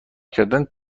کردن